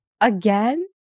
Again